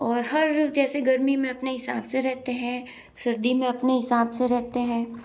और हर जैसे गर्मी में अपने हिसाब से रहते हैं सर्दी में अपने हिसाब से रहते हैं